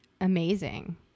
amazing